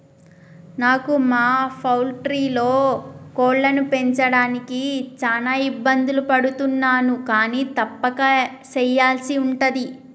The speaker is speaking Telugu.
నాను మా పౌల్ట్రీలో కోళ్లను పెంచడానికి చాన ఇబ్బందులు పడుతున్నాను కానీ తప్పక సెయ్యల్సి ఉంటది